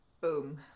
boom